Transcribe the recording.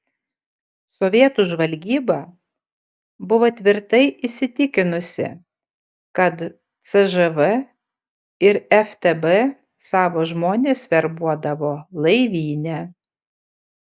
sovietų žvalgyba buvo tvirtai įsitikinusi kad cžv ir ftb savo žmones verbuodavo laivyne